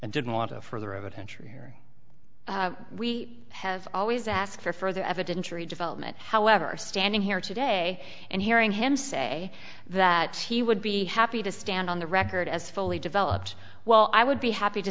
and didn't want to further of attention here we have always ask for further evidence or a development however standing here today and hearing him say that he would be happy to stand on the record as fully developed well i would be happy to